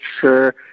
sure